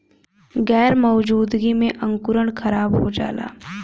गैर मौजूदगी में अंकुरण खराब हो जाला